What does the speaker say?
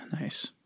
nice